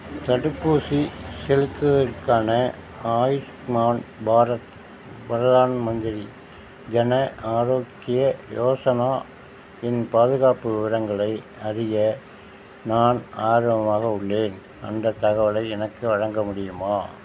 தடுப்பூசி செலுத்துதலுக்கான ஆயுஷ்மான் பாரத் பிரதான் மந்திரி ஜன ஆரோக்கிய யோசனா இன் பாதுகாப்பு விவரங்களை அறிய நான் ஆர்வமாக உள்ளேன் அந்தத் தகவலை எனக்கு வழங்க முடியுமா